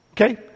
Okay